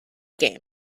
game